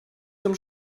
zum